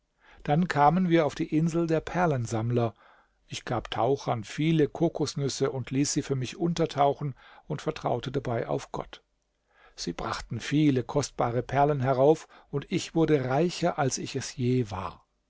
dann kamen wir auf die insel der perlensammler ich gab tauchern viele kokosnüsse und ließ sie für mich untertauchen und vertraute dabei auf gott sie brachten viele kostbare perlen herauf und ich wurde reicher als ich es je war